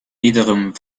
wiederum